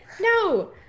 no